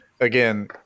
again